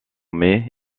mai